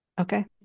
Okay